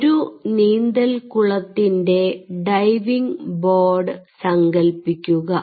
ഒരു നീന്തൽക്കുളത്തിന്റെ diving board സങ്കൽപ്പിക്കുക